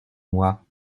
moi